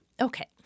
okay